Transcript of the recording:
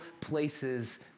places